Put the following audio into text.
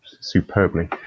superbly